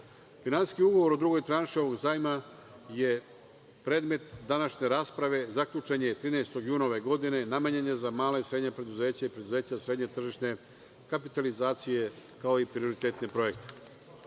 ugovor o drugoj tranši ovog zajma je predmet današnje rasprave. Zaključen je 13. juna ove godine. namenjen je za mala i srednja preduzeća i preduzeća srednje tržišne kapitalizacije, kao i prioritetne